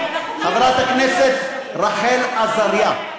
חברת הכנסת רחל עזריה,